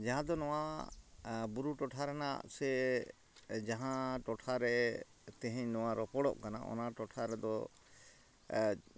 ᱡᱟᱦᱟᱸᱫᱚ ᱱᱚᱣᱟ ᱵᱩᱨᱩ ᱴᱚᱴᱷᱟ ᱨᱮᱱᱟᱜ ᱥᱮ ᱡᱟᱦᱟᱸ ᱴᱚᱴᱷᱟᱨᱮ ᱛᱮᱦᱮᱧ ᱱᱚᱣᱟ ᱨᱚᱯᱚᱲᱚᱜ ᱠᱟᱱᱟ ᱚᱱᱟ ᱴᱚᱴᱷᱟ ᱨᱮᱫᱚ